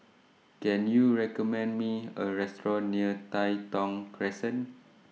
Can YOU recommend Me A Restaurant near Tai Thong Crescent